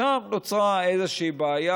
שם נוצרה בעיה,